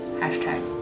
Hashtag